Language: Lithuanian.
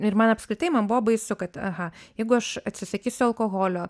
ir man apskritai man buvo baisu kad aha jeigu aš atsisakysiu alkoholio